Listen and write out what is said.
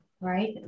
right